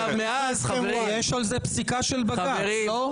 יש על זה פסקה של בג"ץ, לא?